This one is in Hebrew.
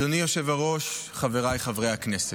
אדוני היושב-ראש, חבריי חברי הכנסת,